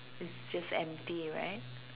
it's just empty right